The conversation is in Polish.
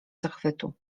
zachwytu